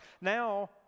now